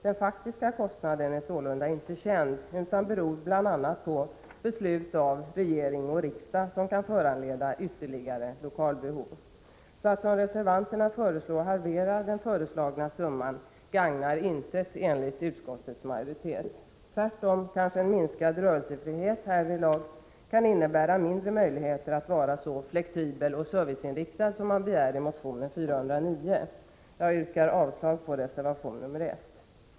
Den faktiska kostnaden är sålunda inte känd, utan beror bl.a. på beslut av regering och riksdag som kan föranleda ytterligare lokalbehov. Att som reservanterna föreslår halvera den föreslagna summan gagnar enligt utskottets majoritet till intet. Tvärtom kan en minskad rörelsefrihet därvidlag kanske innebära mindre möjligheter att vara så flexibel och serviceinriktad som de som står bakom motion 409 begär att man skall vara. Jag yrkar avslag på reservation 1.